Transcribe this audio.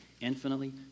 infinitely